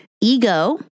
ego